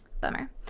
bummer